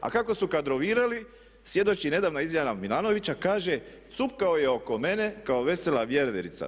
A kako su kadrovirali svjedoči nedavna izjava Milanovića, kaže: "Cupkao je oko mene kao vesela vjeverica.